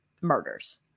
murders